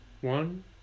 One